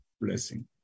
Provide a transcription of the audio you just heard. blessing